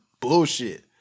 bullshit